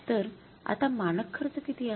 तर आता मानक खर्च किती आहे